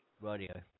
Radio